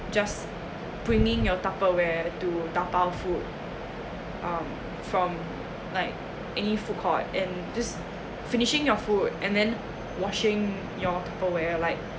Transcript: just bringing your tupperware to tapau food um from like any food court and just finishing your food and then washing your tupperware like